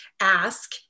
ask